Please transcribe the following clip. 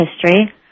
history